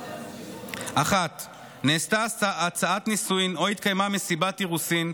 1. נעשתה הצעת נישואין או התקיימה מסיבת אירוסים,